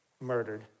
murdered